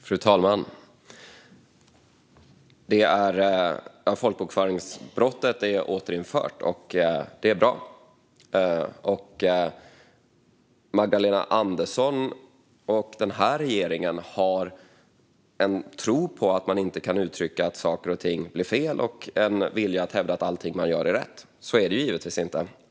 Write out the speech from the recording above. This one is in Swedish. Fru talman! Rubriceringen folkbokföringsbrott är återinfört, och det är bra. Magdalena Andersson och den här regeringen har en tro på att man inte kan uttrycka att saker och ting blir fel och en vilja att hävda att allting man gör är rätt. Så är det givetvis inte.